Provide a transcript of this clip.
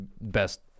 best